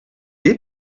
est